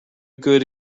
good